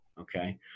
Okay